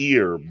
Ear